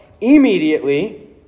immediately